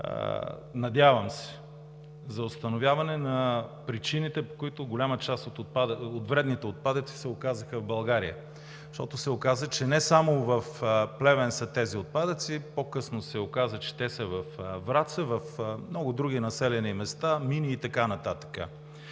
надявам се – за установяване на причините, по които голяма част от вредните отпадъци се оказаха в България. Защото се оказа, че не само в Плевен са тези отпадъци, по късно се оказа, че те са във Враца, в много други населени места, мини и така нататък.